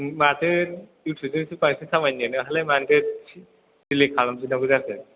माथो इउटुउब जोंसो बांसिन खामायोनो नोंहालाय मानोथो डिलेट खालामफिननांगौ जाखो